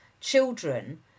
children